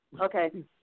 Okay